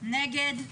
מי נגד?